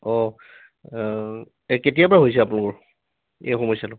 অঁ এই কেতিয়াৰপৰা হৈছে আপোনালোকৰ এই সমস্যটো